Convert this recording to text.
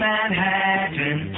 Manhattan